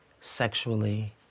sexually